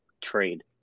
trade